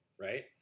right